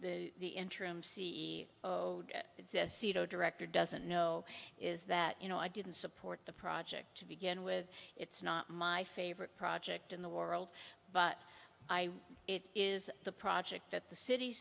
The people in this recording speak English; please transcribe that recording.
maybe the interim c e o director doesn't know is that you know i didn't support the project to begin with it's not my favorite project in the world but i it is the project that the city